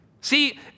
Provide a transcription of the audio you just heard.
See